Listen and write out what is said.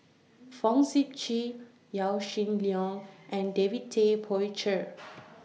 Fong Sip Chee Yaw Shin Leong and David Tay Poey Cher